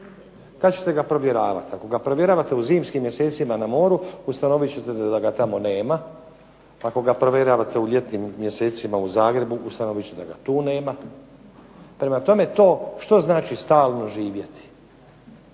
Kad ćete ga provjeravati? Ako ga provjeravate u zimskim mjesecima na moru, ustanovit ćete da ga tamo nema. Ako ga provjeravate u ljetnim mjesecima u Zagrebu, ustanovit ćete da ga tu nema. Prema tome, to što znači stalno živjeti?